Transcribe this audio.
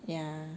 ya